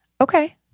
Okay